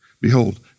Behold